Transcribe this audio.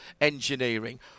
engineering